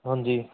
ਹਾਂਜੀ